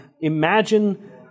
imagine